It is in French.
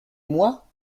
moi